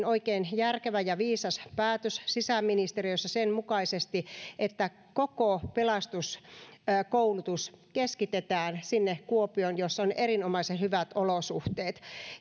oikein järkevä ja viisas päätös sisäministeriössä sen mukaisesti että koko pelastuskoulutus keskitetään sinne kuopioon missä on erinomaisen hyvät olosuhteet